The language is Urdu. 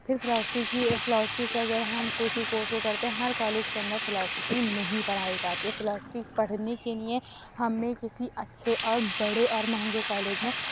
پھر فلاسفی کی فلاسفی سے اگر ہم کوئی کورس وہ کرتے ہیں ہر کالج کے اندر فلاسفی نہیں پڑھائی جاتی ہے فلاسفی پڑھنے کے لیے ہمیں کسی اچھے اور بڑے اور مہنگے کالج میں